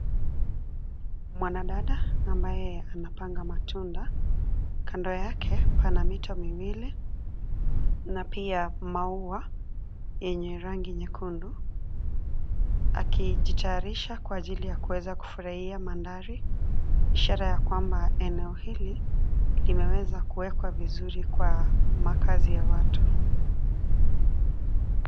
Mwanadada ambaye anapanga matunda. Kando yake pana mito miwili, na pia maua yenye rangi nyekundu, akijitayarisha kwa ajili ya kuweza kufurahia mandhari, ishara ya kwamba eneo hili imeweza kuwekwa vizuri kwa makazi ya watu.